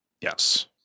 Yes